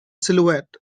silhouette